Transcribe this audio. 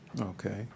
Okay